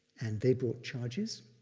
and they brought charges.